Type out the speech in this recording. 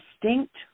distinct